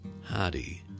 Hardy